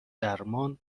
درمان